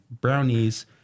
brownies